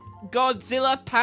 Godzilla